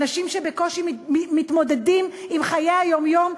אנשים שבקושי מתמודדים עם חיי היום-יום?